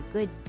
Good